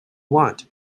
want